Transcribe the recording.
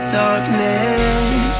darkness